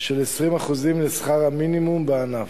של 20% לשכר המינימום בענף.